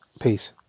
Peace